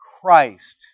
Christ